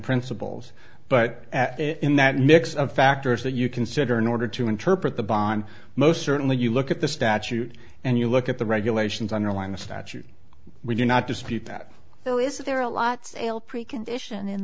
principles but at it in that mix of factors that you consider in order to interpret the bond most certainly you look at the statute and you look at the regulations underlying the statute we do not dispute that so is there a lot still pre condition